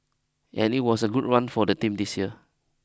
and it was a good run for the team this year